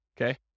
okay